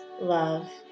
love